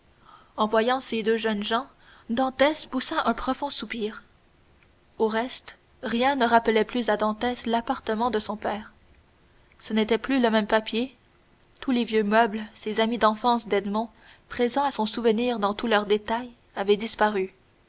en voyant ces deux jeunes gens dantès poussa un profond soupir au reste rien ne rappelait plus à dantès l'appartement de son père ce n'était plus le même papier tous les vieux meubles ces amis d'enfance d'edmond présents à son souvenir dans tous leurs détails avaient disparu